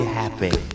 happy